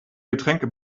getränke